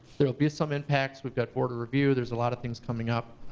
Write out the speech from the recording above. there will be some impacts, we've got quarter review, there's a lot of things coming up.